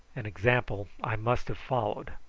an example i must have followed.